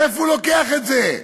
מאיפה הוא לוקח את זה?